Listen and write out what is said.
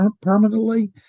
permanently